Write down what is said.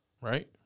right